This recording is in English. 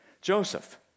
Joseph